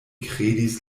kredis